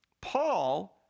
Paul